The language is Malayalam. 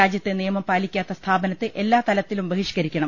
രാജ്യത്തെ നിയമം പാലിക്കാത്ത സ്ഥാപനത്തെ എല്ലാ തലത്തിലും ബഹിഷ്കരിക്കണം